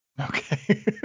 Okay